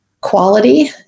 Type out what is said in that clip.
quality